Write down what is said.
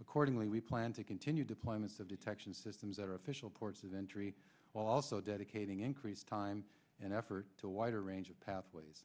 accordingly we plan to continue deployments of detection systems that are official ports of entry while also dedicating increased time and effort to a wider range of pathways